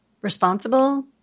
responsible